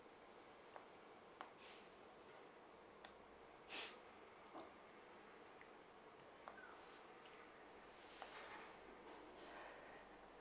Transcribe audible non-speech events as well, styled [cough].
[breath]